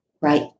right